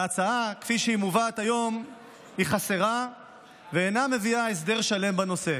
ההצעה כפי שהיא מובאת היום חסרה ואינה מביאה הסדר שלם בנושא,